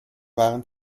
waren